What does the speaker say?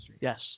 Yes